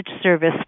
service